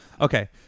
Okay